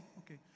okay